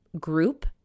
group